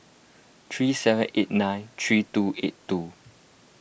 three seven eight nine three two eight two